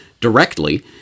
directly